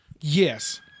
Yes